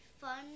fun